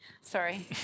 Sorry